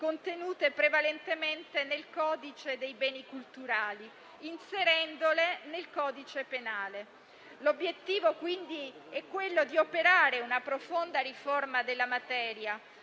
contenute prevalentemente nel codice dei beni culturali, inserendole nel codice penale. L'obiettivo quindi è quello di operare una profonda riforma della materia,